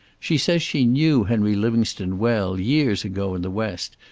she says she knew henry livingstone well years ago in the west,